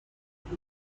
نشان